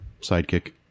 sidekick